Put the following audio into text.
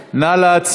נו, באמת.